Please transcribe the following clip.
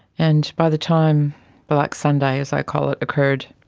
and by the time black sunday, as i call it, occurred,